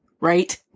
Right